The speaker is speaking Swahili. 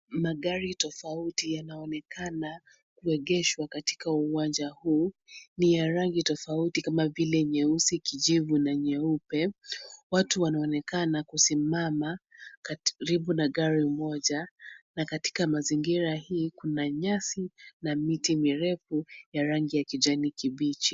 Magari toofauti, yanaonekana, kuegeshwa katika uwanja huu, ni ya rangi tofauti kama nyeusi, kijivu na nyeupe, watu wanaonekana kusimama, karibu na gari moja, na katika mazingira hii, kuna nyasi, na miti mirefu, ya rangi ya kijani kibichi.